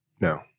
No